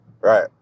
right